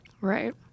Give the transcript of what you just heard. Right